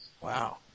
Wow